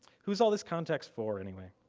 who's all this context for anyway?